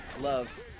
Love